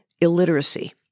Illiteracy